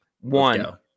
one